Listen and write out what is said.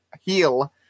heal